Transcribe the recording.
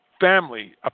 family